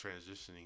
transitioning